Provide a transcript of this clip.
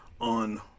on